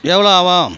எவ்வளோ ஆகும்